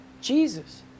Jesus